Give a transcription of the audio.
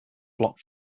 block